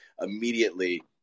immediately –